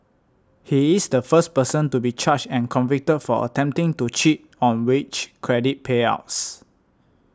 he is the first person to be charged and convicted for attempting to cheat on wage credit payouts